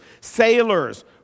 sailors